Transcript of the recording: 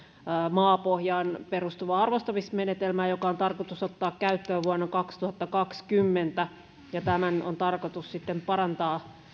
maapohjaan perustuvaa arvostamismenetelmää joka on tarkoitus ottaa käyttöön vuonna kaksituhattakaksikymmentä tämän on tarkoitus sitten parantaa